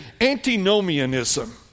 antinomianism